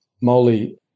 Molly